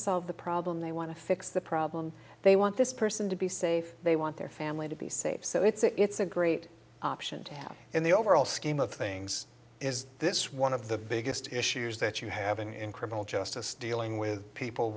solve the problem they want to fix the problem they want this person to be safe they want their family to be safe so it's a it's a great option to have in the overall scheme of things is this one of the biggest issues that you having in criminal justice dealing with people